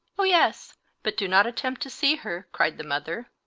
oh yes but do not attempt to see her, cried the mother.